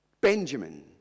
Benjamin